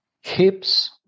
hips